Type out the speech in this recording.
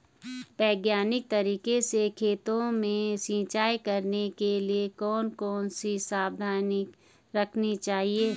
वैज्ञानिक तरीके से खेतों में सिंचाई करने के लिए कौन कौन सी सावधानी रखनी चाहिए?